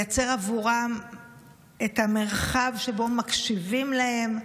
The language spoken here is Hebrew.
לייצר עבורם את המרחב שבו מקשיבים להם,